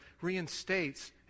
reinstates